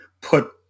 put